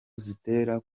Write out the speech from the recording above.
zitera